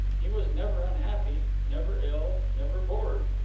he was never unhappy, never ill, never bored.